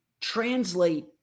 translate